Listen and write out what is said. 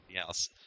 else